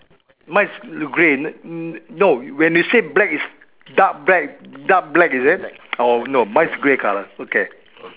mine's grey no no when you say black it's dark black is it or no mine is grey colour okay